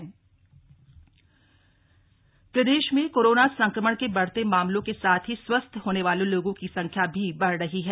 Covid update प्रदेश में corona संक्रमण के बढ़ते मामलों के साथ ही स्वस्थ होने वाले लोगों की संख्या भी बढ़ रही है